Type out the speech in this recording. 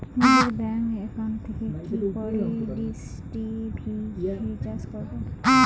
নিজের bank account থেকে কি করে ডিশ টি.ভি রিচার্জ করবো?